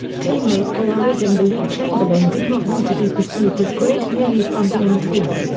teammate paul arizin believed chamberlain did not want to be perceived as great merely from being tall.